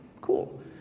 cool